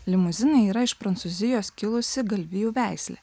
limuzinai yra iš prancūzijos kilusi galvijų veislė